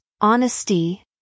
honesty